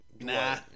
Nah